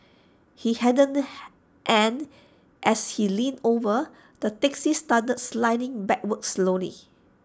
he hadn't and as he leaned over the taxi started sliding backwards slowly